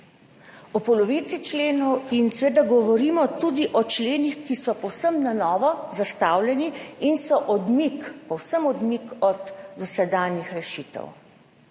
O polovici členov. In seveda govorimo tudi o členih, ki so povsem na novo zastavljeni in so odmik, povsem odmik od dosedanjih rešitev.